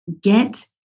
get